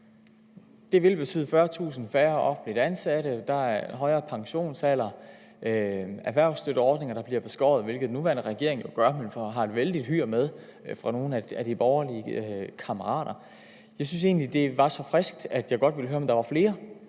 Det vil betyde 40.000 færre offentligt ansatte, der bliver højere pensionsalder, og man vil beskære erhvervsstøtteordninger, hvilket den nuværende regering jo også gør, men derfor har et vældigt hyr med nogle af de borgerlige kammerater. Jeg synes egentlig, at det var så frisk, at jeg godt ville høre, om der var flere